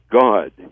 God